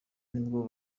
nibwo